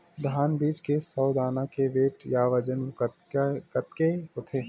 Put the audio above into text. धान बीज के सौ दाना के वेट या बजन कतके होथे?